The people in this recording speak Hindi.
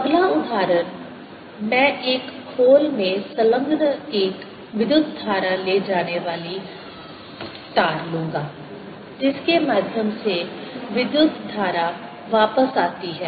अगला उदाहरण मैं एक खोल में संलग्न एक विद्युत धारा ले जाने वाली तार लूंगा जिसके माध्यम से विद्युत धारा वापस आती है